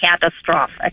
catastrophic